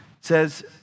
says